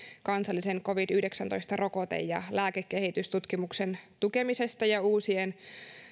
kansallisen covid yhdeksäntoista rokote ja lääkekehitystutkimuksen tukemisesta ja uusien